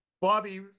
Bobby